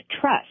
trust